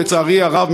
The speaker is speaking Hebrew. לצערי הרב,